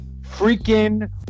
freaking